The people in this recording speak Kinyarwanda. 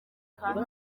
kandi